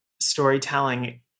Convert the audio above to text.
storytelling